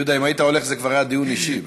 יהודה, אם היית הולך זה כבר היה דיון אישי.